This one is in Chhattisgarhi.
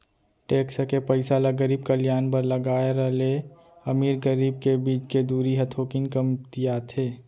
टेक्स के पइसा ल गरीब कल्यान बर लगाए र ले अमीर गरीब के बीच के दूरी ह थोकिन कमतियाथे